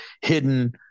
hidden